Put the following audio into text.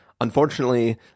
Unfortunately